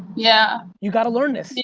yeah. you gotta learn this,